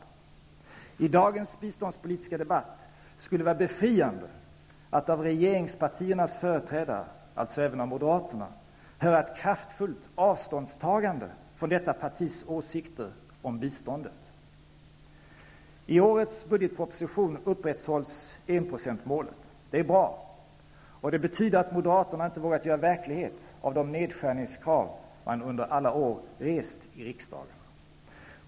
I dagens biståndspolitiska debatt skulle det vara befriande att höra regeringspartiernas företrädare, alltså även moderaterna, kraftfullt ta avstånd från detta partis åsikter om biståndet. I årets budgetproposition upprätthålls enprocentsmålet. Det är bra, och det betyder att Moderaterna inte vågat göra verklighet av de nedskärningskrav som man under alla år rest i riksdagen.